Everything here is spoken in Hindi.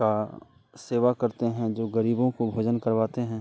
का सेवा करते हैं जो गरीबों को भोजन करवाते हैं